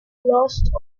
lost